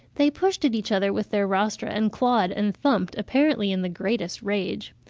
they pushed at each other with their rostra, and clawed and thumped, apparently in the greatest rage.